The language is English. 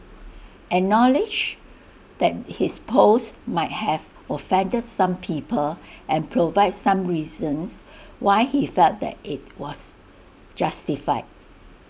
acknowledge that his post might have offended some people and provide some reasons why he felt that IT was justified